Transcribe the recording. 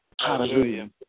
Hallelujah